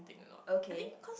okay